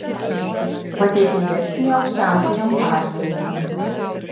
pateikė ieškinį aukščiausiajam par teismui